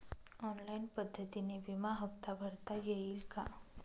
Online पद्धतीने विमा हफ्ता भरता येईल का?